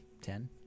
Ten